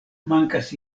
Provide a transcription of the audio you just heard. mankas